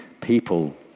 people